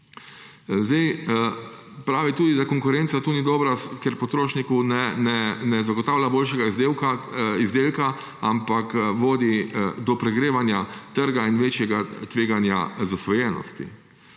Pravi tudi, da konkurenca tu ni dobra, ker potrošniku ne zagotavlja boljšega izdelka, ampak vodi do pregrevanja trga in večjega tveganja zasvojenosti.